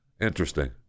Interesting